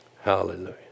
Hallelujah